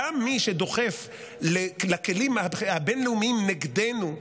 גם מי שדוחף לכלים הבין-לאומיים נגדנו,